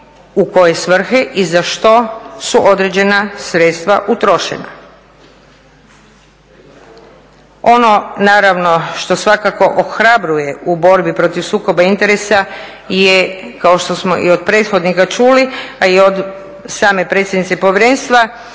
u koje svrhe i za što su određena sredstva utrošena. Ono naravno što svakako ohrabruje u borbi protiv sukoba interesa je kao što smo i od prethodnika čuli, a i od same predsjednice Povjerenstva